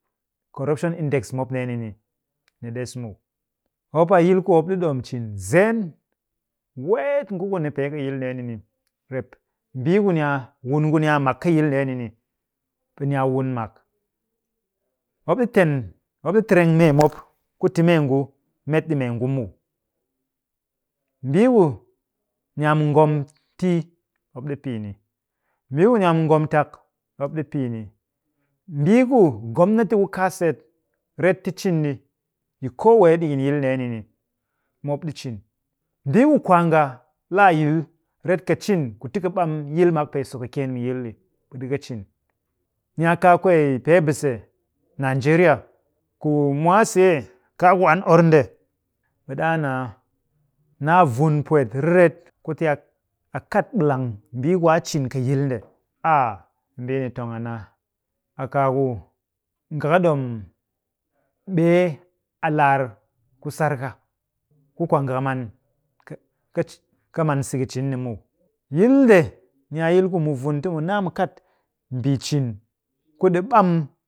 Corruption index mu mop ndeeni ni, ni ɗes muw. Mop a yil ku mop ɗi ɗom cin zeen. Weet nguku ni pee kɨ yil ndeeni ni, rep mbii ku ni a wun kuni a mak kɨ yil ndeeni ni, ɓe ni a wun mak. Mop ɗi ten, mop ɗi tɨreng me mop, ku ti mee mop met ɗi mengu muw. Mbii ku ni a mu ngomtii, mop ɗi pɨ yini. Mbii ku ni a mu ngomtk, mop ɗi pɨ yini. Mbii ku gomnati ku kaa set ret ti cin ɗi yi koowee ɗikin yil ndeeni ni, mop ɗi cin. Mbii ku kwaanga laa yi ret ka cin ku ti ka ɓam yil mak pee so kɨkyeen mu yil ɗi, ɓe ɗika cin. Ni a kaa kwee pee bise nigeria ku mwase see, kaaku an or nde, ɓe ɗaa naa naa vun pwet riret kuti a kat ɓilang mbii ku a cin kɨ yil nde. Ah! Mbii ni tong an a-a kaaku nga kɨ ɗom ɓee a laar ku sar ka ku kwaanga ka man k ka ka man siki cin ni muw. Yil nde, ni a yil ku mu vun ti mu naa mu kat mbii cin ku ɗi ɓam